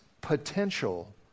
potential